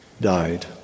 died